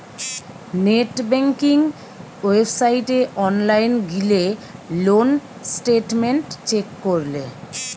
net banking ওয়েবসাইটে online গিলে loan statement check করলে